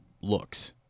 looks